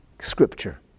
scripture